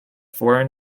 foreign